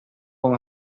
con